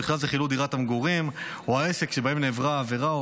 ובכלל זה חילוט דירת המגורים או העסק שבהם נעברה העבירה,